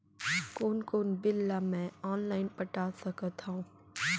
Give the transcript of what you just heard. कोन कोन बिल ला मैं ऑनलाइन पटा सकत हव?